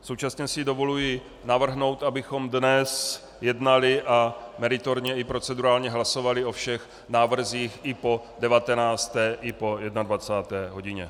Současně si dovoluji navrhnout, abychom dnes jednali a meritorně i procedurálně hlasovali o všech návrzích i po 19. i po 21. hodině.